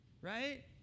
right